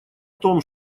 том